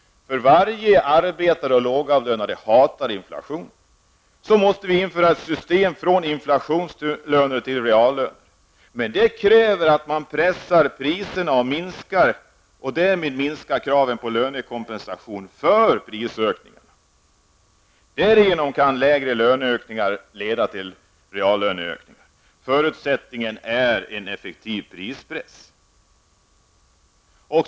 Varje arbetare och lågavlönad hatar inflation. Vi måste få ett system där man går över från inflationslöner till reallöner. Det kräver att priserna pressas för att därmed minska kraven på lönekompensation för prisökningar. Därigenom kan lägre löneökningar leda till reallöneökningar. Förutsättningen är emellertid en effektiv prispress.